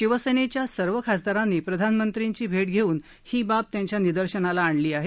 शिवसेनेच्या सर्व खासदारांनी प्रधानमंत्री नरेंद्र मोदींची भेट घेऊन ही बाब त्यांच्या निदर्शनास आणली आहे